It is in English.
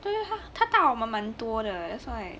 对啊他大我们蛮多的 that's why